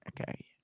Okay